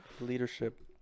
leadership